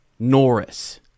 Norris